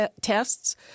tests